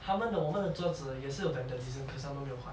他们懂我们的桌子有 vandalism 可是他们没有换